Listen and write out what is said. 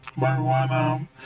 marijuana